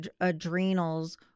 adrenals